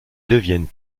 deviennent